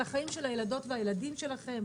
על החיים של הילדות והילדים שלכם,